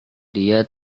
dia